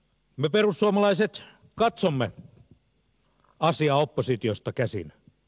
me perussuomalaiset katsomme asiaa oppositiosta käsin